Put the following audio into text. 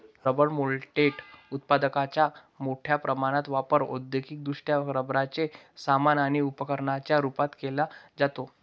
rubber moulded उत्पादकांचा मोठ्या प्रमाणात वापर औद्योगिकदृष्ट्या रबराचे सामान आणि उपकरणांच्या रूपात केला जातो